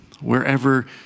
wherever